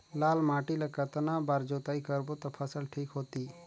लाल माटी ला कतना बार जुताई करबो ता फसल ठीक होती?